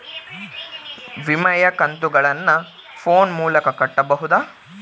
ವಿಮೆಯ ಕಂತುಗಳನ್ನ ಫೋನ್ ಮೂಲಕ ಕಟ್ಟಬಹುದಾ?